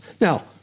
Now